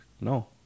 No